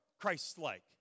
Christ-like